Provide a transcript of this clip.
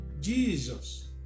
Jesus